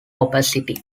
opacity